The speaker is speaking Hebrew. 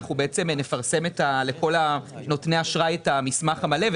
הוועדה נפרסם לכל נותני האשראי את המסמך המלא.